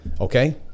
okay